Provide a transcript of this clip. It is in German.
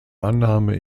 annahme